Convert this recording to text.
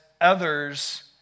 others